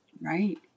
Right